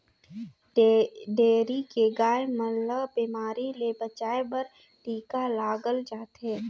dairy के गाय मन ल बेमारी ले बचाये बर टिका लगाल जाथे